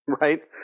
Right